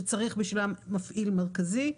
שצריך בשבילם מפעיל מרכזי.